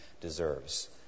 deserves